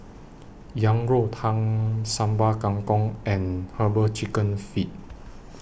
Yang Rou Tang Sambal Kangkong and Herbal Chicken Feet